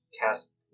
cast